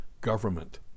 government